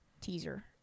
teaser